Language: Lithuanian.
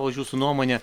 už jūsų nuomonę